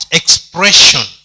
expression